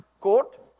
court